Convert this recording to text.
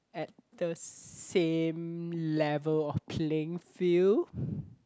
at the same level of playing field